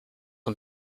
and